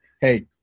hey